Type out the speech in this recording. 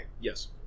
Yes